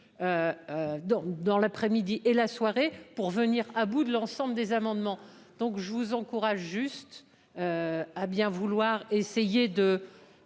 dans l'après-midi et la soirée pour venir à bout de l'ensemble des amendements. Donc je vous encourage juste. À bien vouloir essayer de.